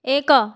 ଏକ